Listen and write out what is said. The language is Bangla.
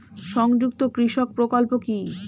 সংযুক্ত কৃষক প্রকল্প কি?